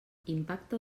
impacte